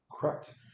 Correct